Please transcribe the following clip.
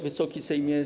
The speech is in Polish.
Wysoki Sejmie!